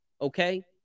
Okay